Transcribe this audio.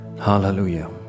Hallelujah